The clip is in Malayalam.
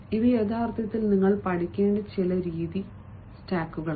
ഇവ യഥാർത്ഥത്തിൽ നിങ്ങൾ പഠിക്കേണ്ട ചില രീതി സ്റ്റാക്കുകളാണ്